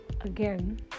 again